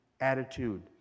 attitude